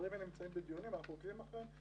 הדברים האלה נמצאים בדיונים, אנחנו עוקבים אחריהם.